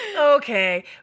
Okay